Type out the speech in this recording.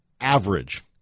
average